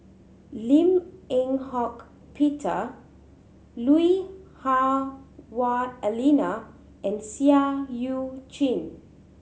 Lim Eng Hock Peter Lui Hah Wah Elena and Seah Eu Chin